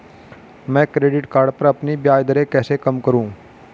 मैं credit card पर अपनी ब्याज दरें कैसे कम करूँ?